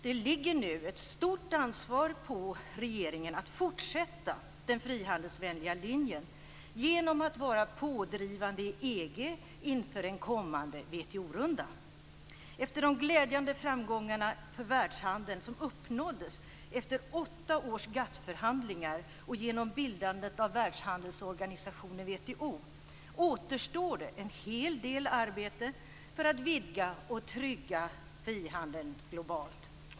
Det ligger nu ett stort ansvar på regeringen att fortsätta den frihandelsvänliga linjen genom att vara pådrivande i EG inför en kommande Efter de glädjande framgångar för världshandeln som uppnåddes efter åtta års GATT-förhandlingar och genom bildandet av Världshandelsorganisationen, WTO, återstår det en hel del arbete för att vidga och trygga frihandeln globalt.